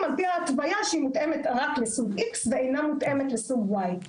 על פי ההתוויה שהיא רק מותאמת לסוג X ואינה מותאמת לסוג Y,